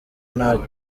nta